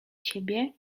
ciebie